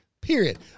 period